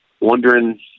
wondering